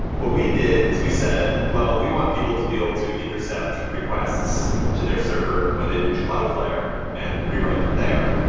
what we did is we said, well, we want people to be able to intercept requests to their server when they reach cloudflare and rewrite them there.